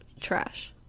trash